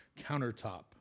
countertop